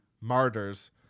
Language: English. Martyrs